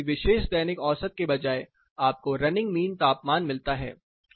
फिर किसी विशेष दैनिक औसत के बजाय आपको रनिंग मीन तापमान मिलता है